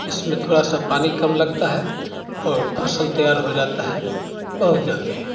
इसमें थोड़ा सा पानी कम लगता है और फसल तैयार हो जाता है बहुत जल्दी